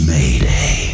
Mayday